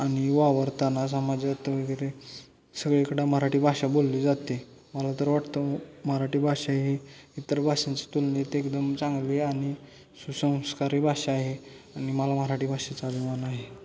आणि वावरताना समाजात वगैरे सगळीकडं मराठी भाषा बोलली जाते मला तर वाटतं मराठी भाषा ही इतर भाषांच्या तुलनेत एकदम चांगली आणि सुसंस्कारी भाषा आहे आणि मला मराठी भाषेचा अभिमान आहे